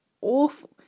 awful